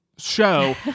show